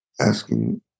asking